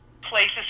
places